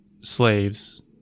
slaves